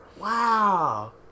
Wow